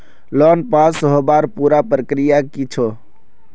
Loan pass होबार पुरा प्रक्रिया की छे?